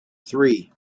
three